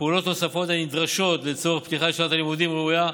ופעולות נוספות הנדרשות לצורך פתיחת שנת לימודים ראויה,